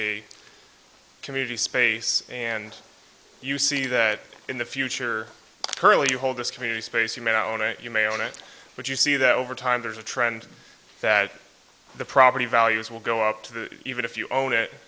a community space and you see that in the future currently you hold this community space you may know it you may own it but you see that over time there is a trend that the property values will go up to the even if you own it